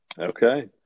Okay